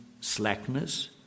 slackness